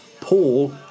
Paul